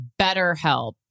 BetterHelp